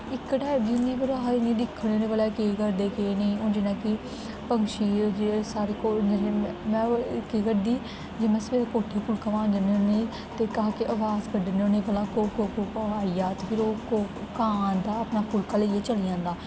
इक टाईप दी होंदियां पर अस दिक्खने होन्ने भला एह् केह् करदे केह् नेईं हून जियां कि पंक्षी जेह्ड़े साढ़े कोल में केह् करदी जियां सवेरे कोट्ठे पर फुल्का पान जन्नी होन्नी ते तां के अवाज़ कड्ढनी होन्नी भला को को को आई जा ते फिर ओह् कां आंदा अपना फुल्का लेइयै चली जंदा